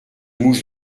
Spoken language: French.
mouche